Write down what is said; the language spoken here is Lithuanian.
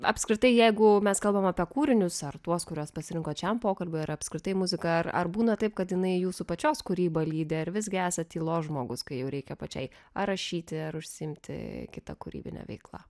apskritai jeigu mes kalbame apie kūrinius ar tuos kuriuos pasirinkote šiam pokalbiui ir apskritai muzika ar ar būna taip kad jinai jūsų pačios kūrybą lydi ar visgi esą tylos žmogus kai jau reikia pačiai rašyti ar užsiimti kita kūrybine veikla